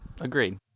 agreed